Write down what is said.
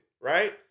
right